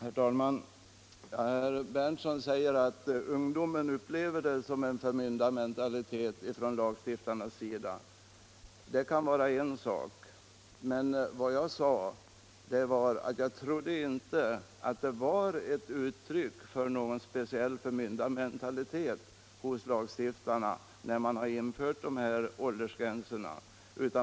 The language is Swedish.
Herr talman! Herr Berndtson säger att ungdomen upplever det som en förmyndarmentalitet från lagstiftarnas sida. Det kan vara en sak, men vad jag sade var att jag inte trodde att det verkligen var ett uttryck för någon speciell förmyndarmentalitet hos lagstiftarna när dessa åldersgränser införts.